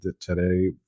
Today